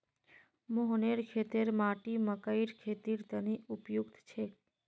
मोहनेर खेतेर माटी मकइर खेतीर तने उपयुक्त छेक